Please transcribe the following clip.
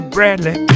Bradley